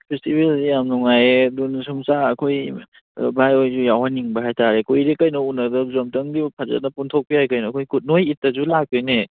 ꯐꯦꯁꯇꯤꯕꯦꯜꯁꯦ ꯌꯥꯝ ꯅꯨꯡꯉꯥꯏꯌꯦ ꯑꯗꯨꯅ ꯁꯨꯝ ꯑꯩꯈꯣꯏ ꯚꯥꯏ ꯍꯣꯏꯁꯨ ꯌꯥꯎꯍꯟꯅꯤꯡꯕ ꯍꯥꯏꯇꯥꯔꯦ ꯀꯨꯏꯔꯦ ꯀꯔꯤꯅꯣ ꯎꯅꯗꯕꯁꯨ ꯑꯃꯨꯛꯇꯪꯗꯤ ꯐꯖꯅ ꯄꯨꯟꯊꯣꯛꯄ ꯌꯥꯏ ꯀꯩꯅꯣ ꯑꯩꯈꯣꯏ ꯅꯈꯣꯏ ꯏꯗꯇꯁꯨ ꯂꯥꯛꯇꯣꯏꯅꯦ